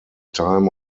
time